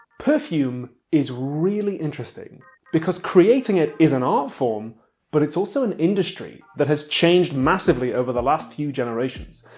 perfume is really interesting because creating it is an art form but it's also an industry that has changed massively over the last few generations.